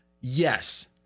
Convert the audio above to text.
yes